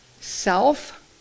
Self